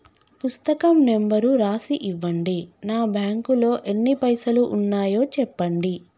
పుస్తకం నెంబరు రాసి ఇవ్వండి? నా బ్యాంకు లో ఎన్ని పైసలు ఉన్నాయో చెప్పండి?